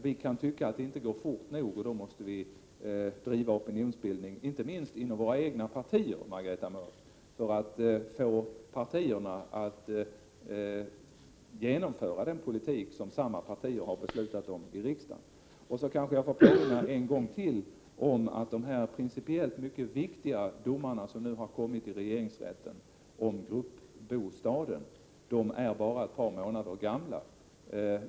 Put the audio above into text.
Om vi anser att det inte går fort nog, måste man bedriva opinionsbildning — inte minst inom våra egna partier, Margareta Mörck — i syfte att förmå dem att genomföra den politik som samma partier har beslutat om i riksdagen. Jag vill än en gång påminna om att dessa principiellt mycket viktiga domar i regeringsrätten om gruppbostäder bara är ett par månader gamla.